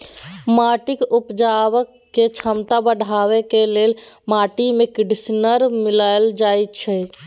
माटिक उपजेबाक क्षमता बढ़ेबाक लेल माटिमे कंडीशनर मिलाएल जाइत छै